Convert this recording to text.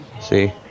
See